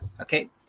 Okay